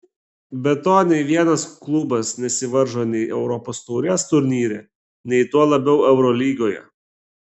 be to nei vienas klubas nesivaržo nei europos taurės turnyre nei tuo labiau eurolygoje